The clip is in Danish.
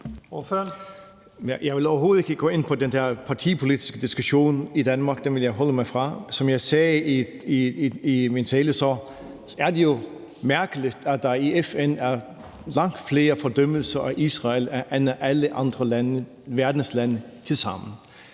Jeg vil overhovedet ikke gå ind på den der partipolitiske diskussion i Danmark, den vil jeg holde mig fra. Som jeg sagde i min tale, så er det jo mærkeligt, at der i FN er langt flere fordømmelser af Israel end af alle andre verdens lande tilsammen.